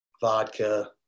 vodka